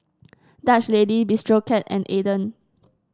Dutch Lady Bistro Cat and Aden